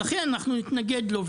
ולכן, אנחנו נתנגד לו.